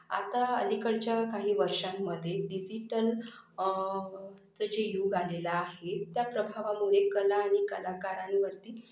आता अलीकडच्या काही वर्षांमध्ये डिजिटल चं जे युग आलेलं आहे त्या प्रभावामुळे कला आणि कलाकारांवरती